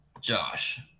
Josh